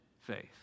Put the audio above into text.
faith